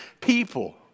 people